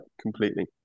completely